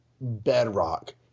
bedrock